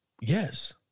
Yes